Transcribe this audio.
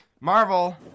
Marvel